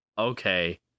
okay